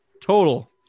Total